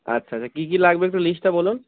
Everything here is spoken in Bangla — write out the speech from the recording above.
আচ্ছা আচ্ছা কী কী লাগবে একটু লিস্টটা বলুন